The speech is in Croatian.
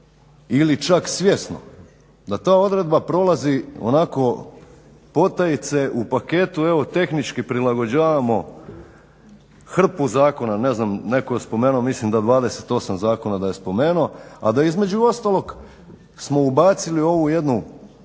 ili čak svjesno da ta odredba prolazi onako potajice u paketu evo tehnički prilagođavamo hrpu zakona. Ne znam, netko je spomenuo mislim da 28 zakona da je spomenuo, a da između ostalog smo ubacili u ovu jednu